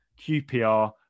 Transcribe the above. QPR